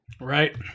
Right